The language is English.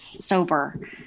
sober